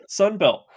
Sunbelt